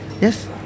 Yes